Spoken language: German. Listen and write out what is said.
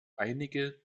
einige